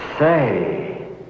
Say